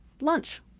lunch